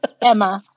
Emma